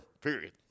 period